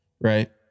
right